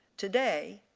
today,